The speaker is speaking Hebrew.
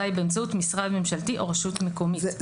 היא באמצעות משרד ממשלתי או רשות מקומית.